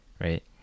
right